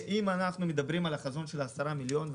אם אנחנו מדברים על חזון של 10 מיליון תיירים